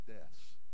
deaths